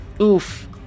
Oof